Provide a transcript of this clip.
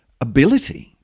ability